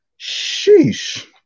Sheesh